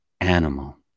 animal